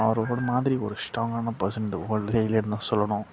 அவர் ஒரு மாதிரி ஒரு ஸ்ட்ராங்கான பர்சன் இந்த வேர்ல்டுலையே இல்லைன்னு தான் நான் சொல்லணும்